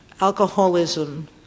alcoholism